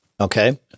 Okay